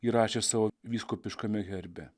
įrašė savo vyskupiškame herbe